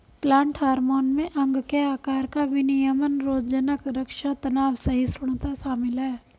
plant hormone में अंग के आकार का विनियमन रोगज़नक़ रक्षा तनाव सहिष्णुता शामिल है